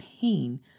pain